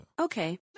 Okay